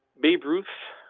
babe ruth.